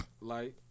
Light